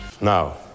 Now